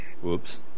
whoops